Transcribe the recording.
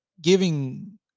giving